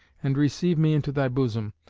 and receive me into thy bosom,